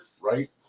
Right